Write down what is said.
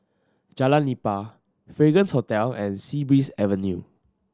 Jalan Nipah Fragrance Hotel and Sea Breeze Avenue